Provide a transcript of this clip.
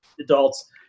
adults